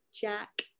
jack